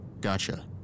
Gotcha